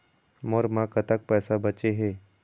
मोर म कतक पैसा बचे हे?